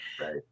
right